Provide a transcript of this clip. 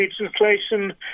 legislation